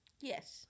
Yes